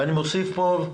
ואני מוסיף פה: